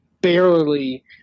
barely